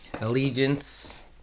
Allegiance